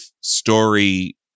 story